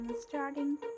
Starting